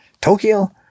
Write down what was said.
Tokyo